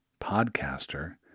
podcaster